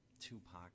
Tupac